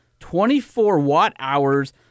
24-watt-hours